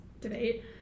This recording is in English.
debate